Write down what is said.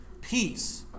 peace